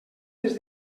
des